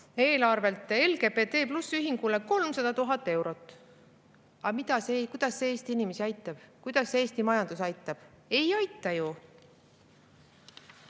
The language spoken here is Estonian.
eelarvelt LGBT ühingule 300 000 eurot. Aga kuidas see Eesti inimesi aitab? Kuidas see Eesti majandust aitab? Ei aita ju.